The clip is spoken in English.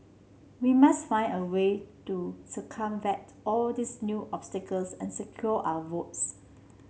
we must find a way to circumvent all these new obstacles and secure our votes